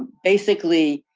basically,